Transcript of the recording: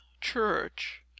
church